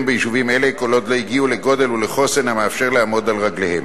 ביישובים אלה כל עוד לא הגיעו לגודל ולחוסן המאפשר לעמוד על רגליהם.